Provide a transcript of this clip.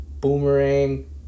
Boomerang